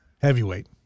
Heavyweight